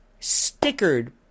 stickered